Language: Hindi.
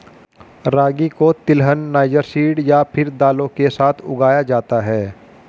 रागी को तिलहन, नाइजर सीड या फिर दालों के साथ उगाया जाता है